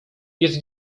jest